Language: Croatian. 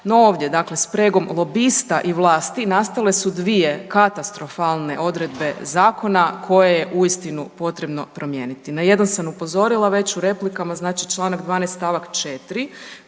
No ovdje dakle spregom lobista i vlasti nastale su dvije katastrofalne odredbe zakona koje je uistinu potrebno promijeniti. Na jedan sam upozorila već u replikama, znači čl. 12. st. 4.